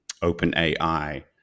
OpenAI